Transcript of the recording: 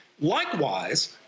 Likewise